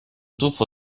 tuffo